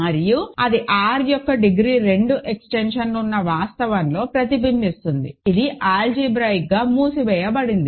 మరియు అది R యొక్క డిగ్రీ 2 ఎక్స్టెన్షన్ ఉన్న వాస్తవంలో ప్రతిబింబిస్తుంది ఇది ఆల్జీబ్రాయిక్ గా మూసివేయబడింది